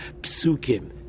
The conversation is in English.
psukim